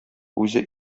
үзе